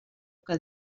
que